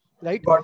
right